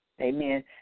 Amen